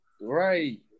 Right